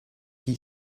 qui